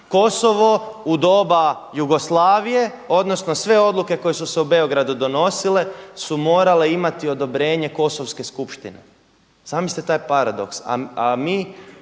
Kosovo u doba Jugoslavije odnosno sve odluke koje su se u Beogradu donosile su morale imati odobrenje kosovske skupštine. Zamislite taj paradoks.